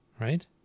right